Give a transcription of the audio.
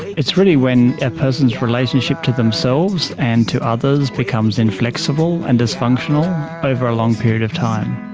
it's really when a person's relationship to themselves and to others becomes inflexible and dysfunctional over a long period of time.